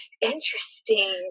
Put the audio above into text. interesting